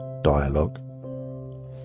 dialogue